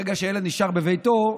ברגע שילד נשאר בביתו,